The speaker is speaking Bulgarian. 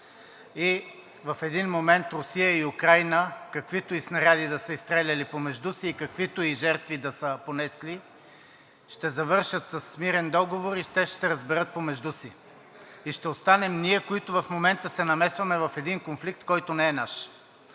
И в един момент Русия и Украйна, каквито и снаряди да са изстреляли помежду си и каквито и жертви да са понесли, ще завършат с мирен договор и те ще се разберат помежду си. И ще останем ние, които в момента се намесваме в един конфликт, който не е наш.